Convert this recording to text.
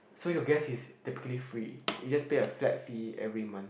so your gas is typically free you just pay a flat fee every month